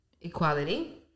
equality